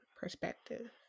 perspective